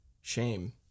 Shame